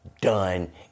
done